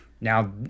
Now